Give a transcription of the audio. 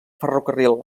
ferrocarril